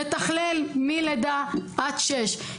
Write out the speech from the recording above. מתכלל מלידה עד שש.